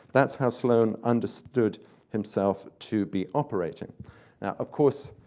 that's how sloane understood himself to be operating. now of course,